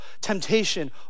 temptation